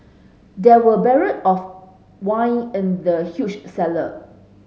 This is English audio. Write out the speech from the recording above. there were barrel of wine in the huge cellar